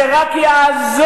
זה רק יעזור,